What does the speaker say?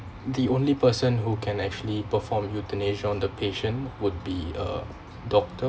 the only person who can actually perform euthanasia on the patient would be uh doctor